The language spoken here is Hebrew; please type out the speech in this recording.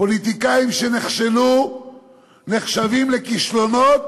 פוליטיקאים שנכשלו נחשבים לכישלונות